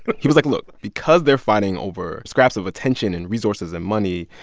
he was like, look. because they're fighting over scraps of attention and resources and money,